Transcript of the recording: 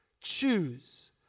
choose